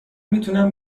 میتونم